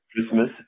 Christmas